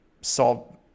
solve